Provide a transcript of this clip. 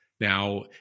Now